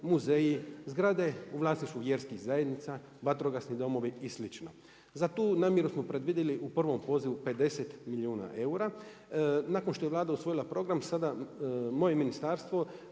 muzeji, zgrade u vlasništvu vjerskih zajednica, vatrogasni domovi i slično. Za tu namjeru smo predvidjeli u prvom pozivu 50 milijuna eura. Nakon što je Vlada usvojila program sada, moje ministarstvo